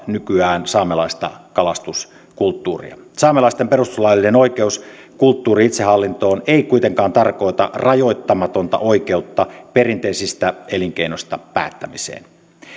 nykyään osa saamelaista kalastuskulttuuria saamelaisten perustuslaillinen oikeus kulttuuri itsehallintoon ei kuitenkaan tarkoita rajoittamatonta oikeutta perinteisistä elinkeinoista päättämiseen